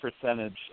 percentage